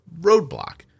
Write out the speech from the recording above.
roadblock